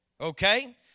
okay